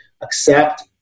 accept